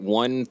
one